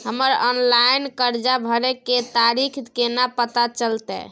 हमर ऑनलाइन कर्जा भरै के तारीख केना पता चलते?